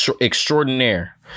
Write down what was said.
extraordinaire